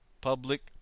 public